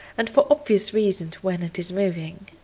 and for obvious reasons when it is moving.